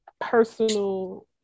personal